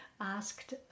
asked